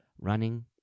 running